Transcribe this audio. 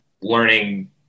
learning